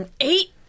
Eight